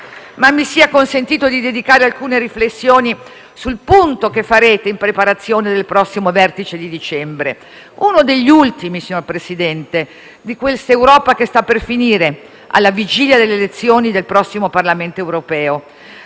Ma mi sia consentito di dedicare alcune riflessioni sul punto che farete in preparazione del prossimo vertice di dicembre, uno degli ultimi, signor Presidente, di questa Europa che sta per finire, alla vigilia delle elezioni del prossimo Parlamento Europeo.